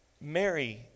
Mary